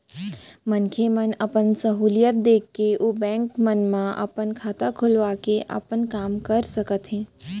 मनखे मन अपन सहूलियत देख के ओ बेंक मन म अपन खाता खोलवा के अपन काम कर सकत हें